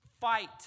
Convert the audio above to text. fight